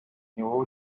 wowe